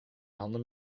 handen